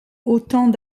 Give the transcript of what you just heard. autant